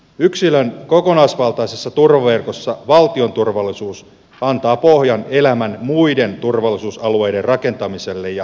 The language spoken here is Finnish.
yksilön kokonaisvaltaisessa turvaverkossa valtion turvallisuus antaa pohjan elämän muiden turvallisuusalueiden rakentamiselle ja tulevaisuudenuskolle